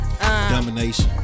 Domination